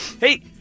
Hey